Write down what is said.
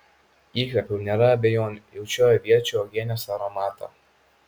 įkvėpiau nėra abejonių jaučiu aviečių uogienės aromatą